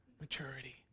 maturity